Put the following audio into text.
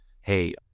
hey